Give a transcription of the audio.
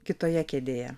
kitoje kėdėje